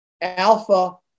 alpha